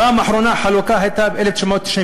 בפעם האחרונה החלוקה הייתה ב-1991.